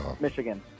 Michigan